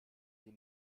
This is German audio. sie